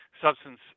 substance